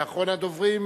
ואחרון הדוברים,